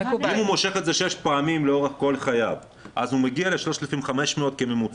אם הוא מושך את זה שש פעמים לאורך כל חייו אז הוא מגיע ל-3,500 כממוצע,